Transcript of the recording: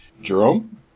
Jerome